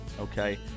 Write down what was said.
Okay